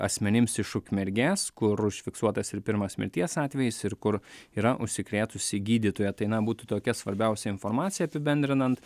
asmenims iš ukmergės kur užfiksuotas ir pirmas mirties atvejis ir kur yra užsikrėtusi gydytoja tai na būtų tokia svarbiausia informacija apibendrinant